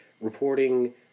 reporting